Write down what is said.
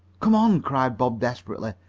come on! cried bob desperately.